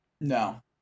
no